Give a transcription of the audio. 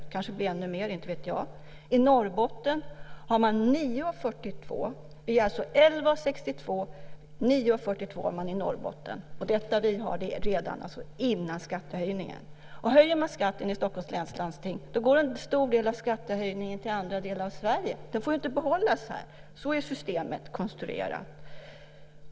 Det kanske blir ännu mer, inte vet jag. I Norrbotten har man 9:42. Vi har alltså 11:62 redan före skattehöjningen, och i Norrbotten har man 9:42. Höjer man skatten i Stockholms läns landsting går en stor del av skattehöjningen till andra delar av Sverige. Den får inte behållas här. Så är systemet konstruerat.